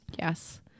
Yes